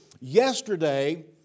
yesterday